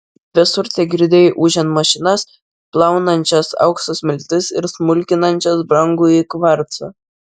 visur tegirdėjai ūžiant mašinas plaunančias aukso smiltis ir smulkinančias brangųjį kvarcą